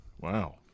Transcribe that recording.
Wow